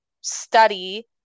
study